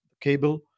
cable